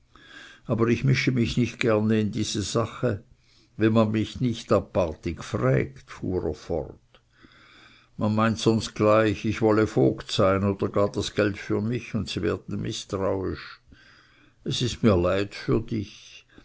aber ich mische mich nicht gerne in diese sache wenn man mich nicht apartig frägt fuhr er fort man meint sonst gleich ich wolle vogt sein oder gar das geld für mich und sie werden mißtrauisch es tut mir leid für dich